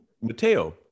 Mateo